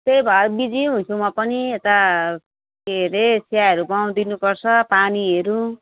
त्यही भएर बिजी हुन्छु म पनि यता के अरे चियाहरू बनाउ दिनुपर्छ पानीहरू